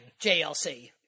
JLC